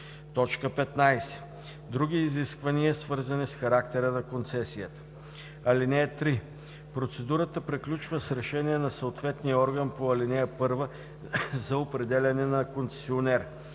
15. други изисквания, свързани с характера на концесията. (3) Процедурата приключва с решение на съответния орган по ал. 1 за определяне на концесионер.